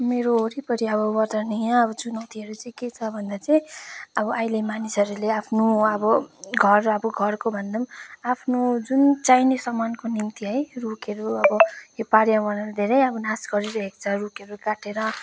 मेरो वरिपरि अब वातावरणीय अब चुनौतीहरू चाहिँ के छ भन्दा चाहिँ अब अहिले मानिसहरूले आफ्नो अब घर अब घरको भन्दा पनि आफ्नो जुन चाहिने सामानको निम्ति है रुखहरू यो पर्यावरण धैरे अब नाश गरिरहेको छ रुखहरू काटेर